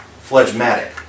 phlegmatic